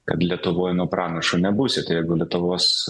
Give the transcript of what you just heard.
kad lietuvoj nu pranašu nebūsi tai jeigu lietuvos